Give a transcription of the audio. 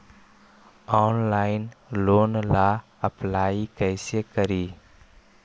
Online loan ला apply कैसे करी?